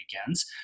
weekends